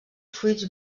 fruits